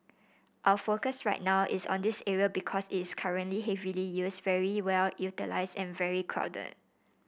our focus right now is on this area because it's currently heavily used very well utilised and very crowded